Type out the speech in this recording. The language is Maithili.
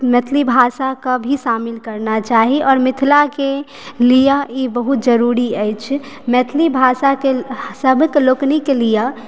मैथिली भाषाकऽ भी शामिल करना चाही आओर मिथिलाके लिये ई बहुत जरुरी अछि मैथिली भाषाके सभ लोकनिके लिअ